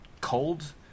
cold